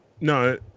no